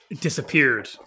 disappeared